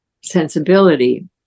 sensibility